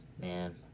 Man